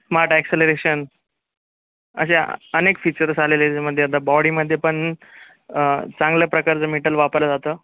smart acceleration अशा अनेक features आलेले याच्यामध्ये आता बॉडीमध्ये पण चांगल्या प्रकारचं मेटल वापरलं जातं